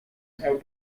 have